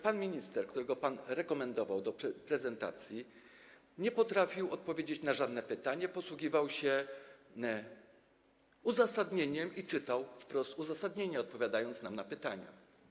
Pan minister, którego pan rekomendował do prezentacji projektu, nie potrafił odpowiedzieć na żadne pytanie, posługiwał się uzasadnieniem, wprost czytał uzasadnienie, odpowiadając nam na pytania.